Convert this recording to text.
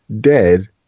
dead